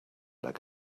like